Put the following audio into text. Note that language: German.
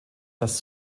das